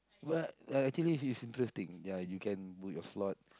but uh actually if it's interesting ya you can book your slot